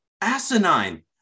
asinine